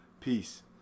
Peace